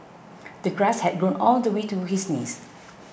the grass had grown all the way to his knees